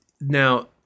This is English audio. now